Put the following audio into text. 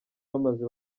bamaze